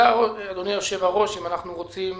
אדוני היושב ראש, השאלה אם אנחנו רוצים